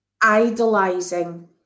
idolizing